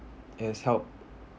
as help